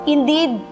Indeed